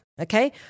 okay